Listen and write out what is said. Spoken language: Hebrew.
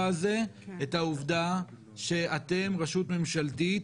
הזה את העובדה שאתם רשות ממשלתית,